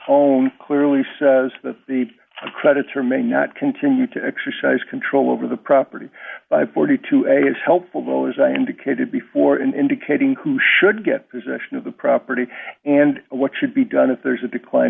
own clearly says that the creditor may not continue to exercise control over the property by forty two as helpful though as i indicated before in indicating who should get possession of the property and what should be done if there is a decline